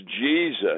Jesus